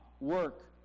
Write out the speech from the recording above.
work